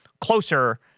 closer